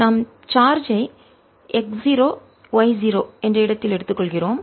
நாம் சார்ஜ் ஐ x0 y0 என்ற இடத்தில் எடுத்துக்கொள்கிறோம்